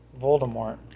Voldemort